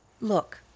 look